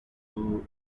who